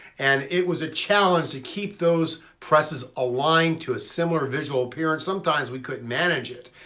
and it was a challenge to keep those presses aligned to a similar visual appearance sometimes we couldn't manage it.